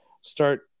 start